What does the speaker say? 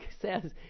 says